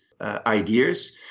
ideas